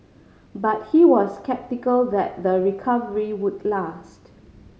but he was sceptical that the recovery would last